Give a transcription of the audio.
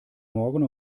morgen